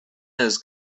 has